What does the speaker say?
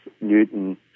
Newton